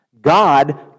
God